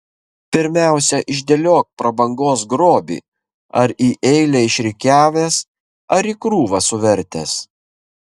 pirmiausia išdėliok prabangos grobį ar į eilę išrikiavęs ar į krūvą suvertęs